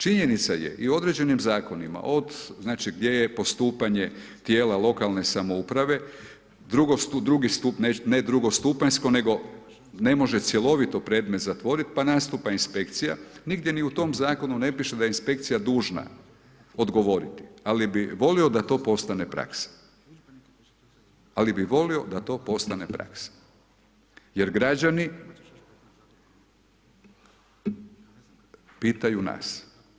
Činjenica je i u određenim zakonima od znači gdje je postupanje tijela lokalne samouprave drugi stup ne drugostupanjsko nego ne može cjelovito predmet zatvorit pa nastupa inspekcija, nigdje ni u tom zakonu ne piše da je inspekcija dužna odgovorit, ali bi volio da to postane praksa, ali bi volio da to postane praksa, jer građani pitaju nas.